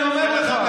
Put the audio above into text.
לכן אני אומר לך,